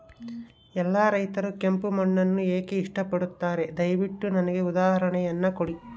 ಎಲ್ಲಾ ರೈತರು ಕೆಂಪು ಮಣ್ಣನ್ನು ಏಕೆ ಇಷ್ಟಪಡುತ್ತಾರೆ ದಯವಿಟ್ಟು ನನಗೆ ಉದಾಹರಣೆಯನ್ನ ಕೊಡಿ?